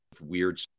weird